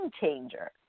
changer